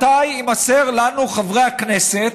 מתי יימסר לנו, חברי הכנסת,